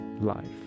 life